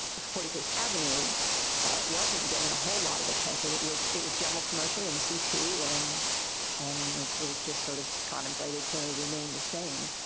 forty first avenue wasn't given a whole lot of attention. it was it was general commercial and c two, and and it it was just sort of contemplated to remain the same.